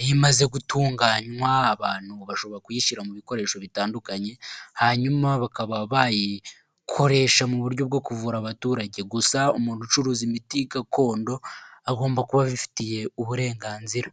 iyo imaze gutunganywa abantu bashobora kuyishyira mu bikoresho bitandukanye, hanyuma bakaba bayikoresha mu buryo bwo kuvura abaturage, gusa umuntu ucuruza imiti gakondo agomba kuba abifitiye uburenganzira.